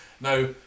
Now